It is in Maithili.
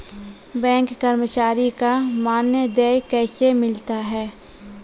बैंक कर्मचारी का मानदेय कैसे मिलता हैं?